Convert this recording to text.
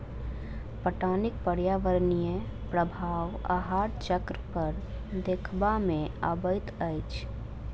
पटौनीक पर्यावरणीय प्रभाव आहार चक्र पर देखबा मे अबैत अछि